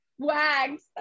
Wags